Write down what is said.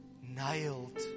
nailed